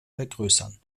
vergrößern